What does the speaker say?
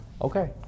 Okay